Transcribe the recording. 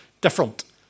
different